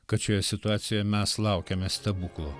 kad šioje situacijoje mes laukiame stebuklo